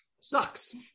sucks